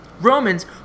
Romans